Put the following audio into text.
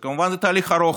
כמובן, זה תהליך ארוך.